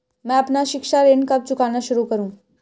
मैं अपना शिक्षा ऋण कब चुकाना शुरू करूँ?